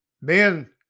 men